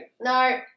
no